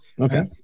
Okay